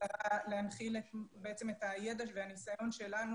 להנחיל את הידע והניסיון שלנו,